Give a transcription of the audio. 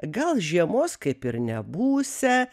gal žiemos kaip ir nebūsią